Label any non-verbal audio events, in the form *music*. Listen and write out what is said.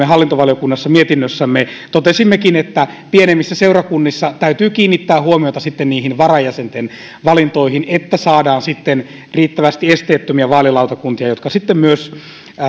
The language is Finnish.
*unintelligible* hallintovaliokunnassa mietinnössämme totesimmekin että pienemmissä seurakunnissa täytyy kiinnittää huomiota niihin varajäsenten valintoihin että saadaan sitten riittävästi esteettömiä vaalilautakuntia jotka sitten myös